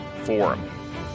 Forum